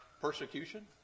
persecution